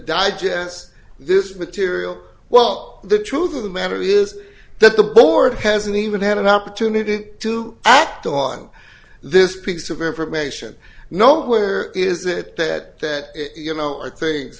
digest this material well the truth of the matter is that the board hasn't even had an opportunity to act on this piece of information nowhere is that that that you know are things